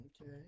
okay